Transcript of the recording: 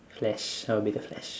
flash I'll be the flash